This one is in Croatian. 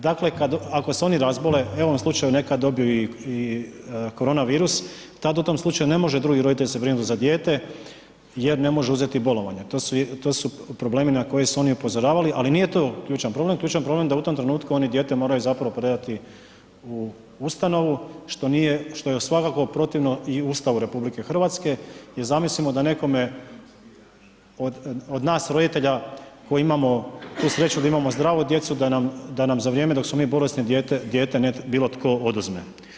Dakle, kad, ako se oni razbole, evo ... ovom slučaju neka i dobiju koronavirus, tad u tom slučaju ne može drugi roditelj se brinut za dijete, jer ne može uzeti bolovanje, to su problemi na koje su oni upozoravali, ali nije to ključan problem, ključan problem da u tom trenutku oni dijete moraju zapravo predati u Ustanovu, što nije, što je svakako protivno i Ustavu Republike Hrvatske, i zamislimo da nekome od nas roditelja koji imamo tu sreću da imamo zdravu djecu, da nam, da nam za vrijeme dok smo mi bolesni, dijete, netko, bilo tko oduzme.